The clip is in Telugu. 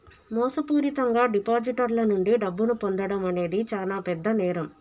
మోసపూరితంగా డిపాజిటర్ల నుండి డబ్బును పొందడం అనేది చానా పెద్ద నేరం